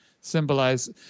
symbolize